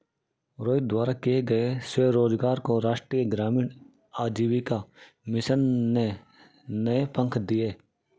रोहित द्वारा किए गए स्वरोजगार को राष्ट्रीय ग्रामीण आजीविका मिशन ने नए पंख दिए